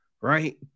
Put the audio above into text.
right